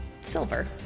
silver